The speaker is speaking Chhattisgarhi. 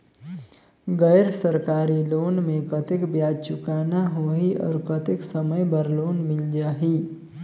गैर सरकारी लोन मे कतेक ब्याज चुकाना होही और कतेक समय बर लोन मिल जाहि?